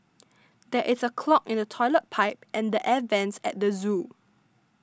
there is a clog in the Toilet Pipe and the Air Vents at the zoo